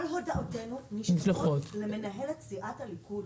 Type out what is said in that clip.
כל הודעותינו נשלחות למנהלת סיעת הליכוד.